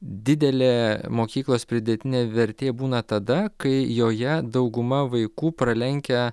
didelė mokyklos pridėtinė vertė būna tada kai joje dauguma vaikų pralenkia